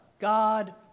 God